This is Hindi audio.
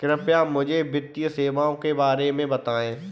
कृपया मुझे वित्तीय सेवाओं के बारे में बताएँ?